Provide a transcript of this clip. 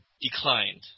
declined